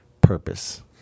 Purpose